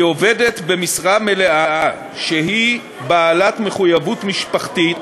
כי עובדת במשרה מלאה, שהיא בעלת מחויבות משפחתית,